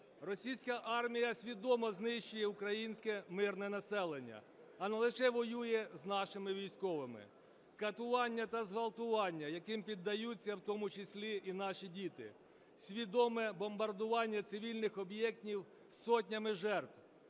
Російська армія свідомо знищує українське мирне населення, а не лише воює з нашими військовими. Катування та зґвалтування, яким піддаються в тому числі і наші діти, свідоме бомбардування цивільних об'єктів із сотнями жертв,